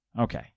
Okay